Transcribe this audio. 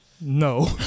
No